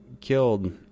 killed